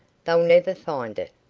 they'll never find it.